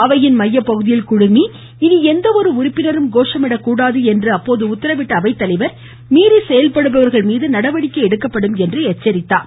அவையின் மையப்பகுதியில் குழுமி இனி எந்தவொரு உறுப்பினரும் கோஷமிடக்கூடாது என்று உத்தரவிட்ட அவைத்தலைவா மீறி செயல்படுபவாகள் மீது நடவடிக்கை எடுக்கப்படும் என்று எச்சரித்தார்